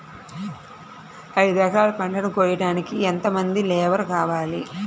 ఐదు ఎకరాల పంటను కోయడానికి యెంత మంది లేబరు కావాలి?